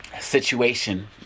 situation